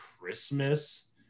christmas